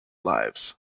lives